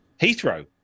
heathrow